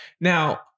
now